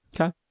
okay